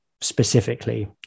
specifically